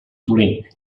dolent